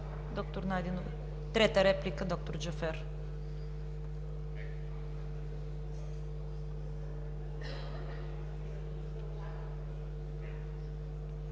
доктор Найденова. Трета реплика – доктор Джафер,